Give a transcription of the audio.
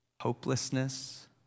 hopelessness